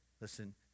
Listen